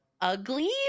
ugly